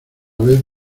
vez